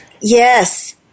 Yes